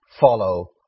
Follow